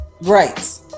Right